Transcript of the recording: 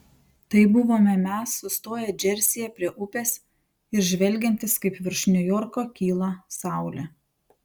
tai buvome mes sustoję džersyje prie upės ir žvelgiantys kaip virš niujorko kyla saulė